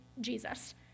Jesus